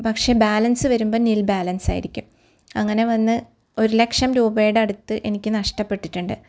പക്ഷെ ബാലൻസ്സ് വരുമ്പം nil balance ആയിരിക്കും അങ്ങനെ വന്ന് ഒരൗ ലക്ഷം രൂപയുടെ അടുത്ത് എനിക്ക് നഷ്ടപ്പെട്ടിട്ടുണ്ട്